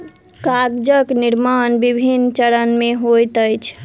कागजक निर्माण विभिन्न चरण मे होइत अछि